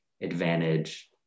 advantage